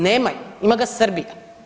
Nemaju, ima ga Srbija.